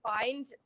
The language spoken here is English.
find